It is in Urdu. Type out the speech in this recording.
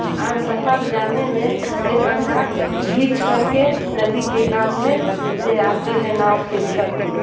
اور سفر جانے میں سے کوار گھیچ کر کے ندی کے کات میں لے آتے ہے ناؤ کھیپ کر کے